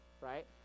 right